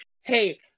hey